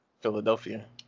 Philadelphia